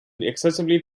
excessively